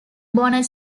bonnet